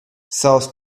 south